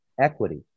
equity